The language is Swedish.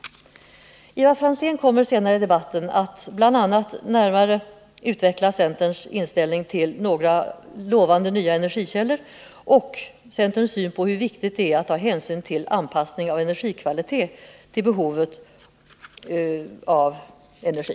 Ivar Franzén kommer senare i debatten att bl.a. närmare utveckla centerns inställning till några lovande nya energikällor och centerns syn på hur viktigt det är att anpassa energikvaliteten till behovet av energi.